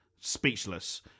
Speechless